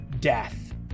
Death